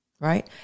right